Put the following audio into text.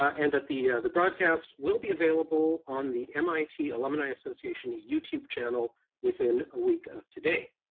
and that the the broadcast will be available on the mit alumni association youtube channel within a week of today.